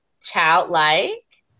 childlike